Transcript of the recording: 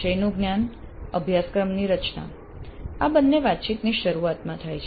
વિષયનું જ્ઞાન અભ્યાસક્રમની રચના આ બંને વાતચીતની શરૂઆતમાં થાય છે